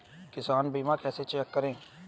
किसान बीमा कैसे चेक करें?